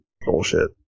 bullshit